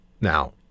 now